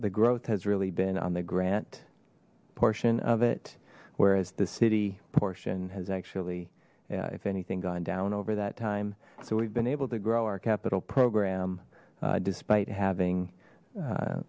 the growth has really been on the grant portion of it whereas the city portion has actually if anything gone down over that time so we've been able to grow our capital program despite having